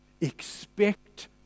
expect